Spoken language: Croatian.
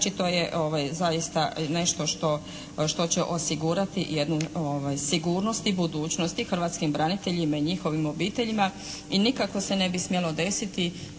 to je zaista nešto što će osigurati jednu sigurnost i budućnost i hrvatskim braniteljima i njihovim obiteljima i nikako se ne bi smjelo desiti